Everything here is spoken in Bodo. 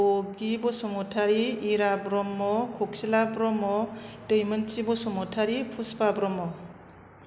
बगि बसुमतारी इरा ब्रह्म ककिला ब्रह्म दैमोन्थि बसुमतारी फुसफा ब्रह्म